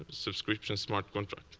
ah subscription smart contract.